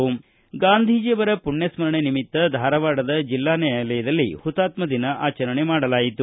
ಮಹಾತ್ಮ ಗಾಂಧೀಜಿಯವರ ಮಣ್ಯ ಸ್ಮರಣೆ ನಿಮಿತ್ಯ ಧಾರವಾಡದ ಜಿಲ್ಲಾ ನ್ಕಾಯಾಲಯದಲ್ಲಿ ಹುತಾತ್ಮ ದಿನ ಆಚರಣೆ ಮಾಡಲಾಯಿತು